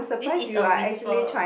this is a whisper